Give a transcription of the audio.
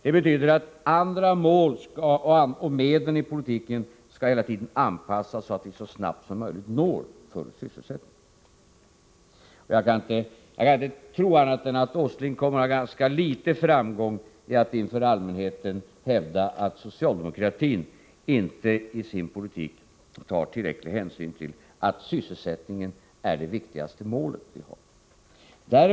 Det betyder att andra mål och medel i politiken hela tiden skall anpassas till att vi så snabbt som möjligt når full sysselsättning. Jag kan inte tro annat än att Åsling kommer att ha ganska litet framgång i att inför allmänheten hävda att socialdemokratin inte i sin politik tar tillräcklig hänsyn till att sysselsättningen är det viktigaste målet i dag.